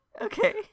Okay